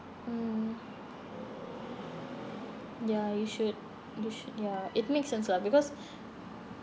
mm ya you should you should ya it makes sense lah because